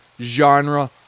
genre